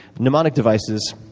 pneumonic devices,